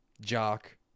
jock